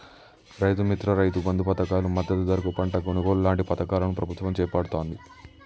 రైతు మిత్ర, రైతు బంధు పధకాలు, మద్దతు ధరకు పంట కొనుగోలు లాంటి పధకాలను ప్రభుత్వం చేపడుతాంది